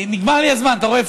נגמר לי הזמן, אתה רואה?